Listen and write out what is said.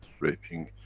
raping.